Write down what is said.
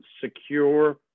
secure